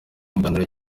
kiganiro